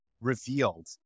revealed